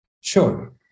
Sure